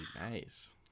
nice